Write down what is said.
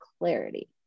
clarity